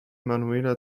manuela